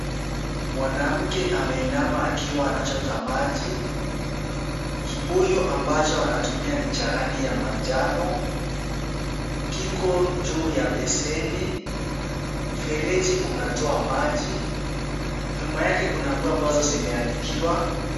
Mwanamke ameinama akiwa anachota maji. Kibuyu ambacho anatumia ni cha rangi ya manjano. Kiko juu ya basheni. Mfereji unatoa maji. Nyuma yake kuna nguo ambazo zimeanikiwa.